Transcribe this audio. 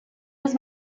was